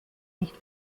nicht